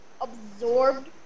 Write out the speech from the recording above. absorbed